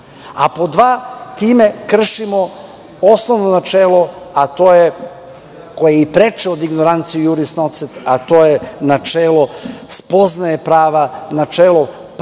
Pod dva, time kršimo osnovno načelo, a to je, koje je i preče od ignorantio iuris nocet, a to je načelo spoznaje prava, načelo pravo